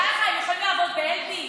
בחייך, הם יכולים לעבוד באלביט?